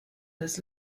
des